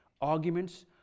arguments